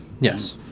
Yes